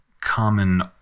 common